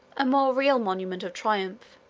a more real monument of triumph,